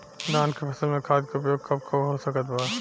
धान के फसल में खाद के उपयोग कब कब हो सकत बा?